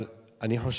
אבל אני חושב